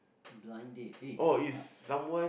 blind date eh ah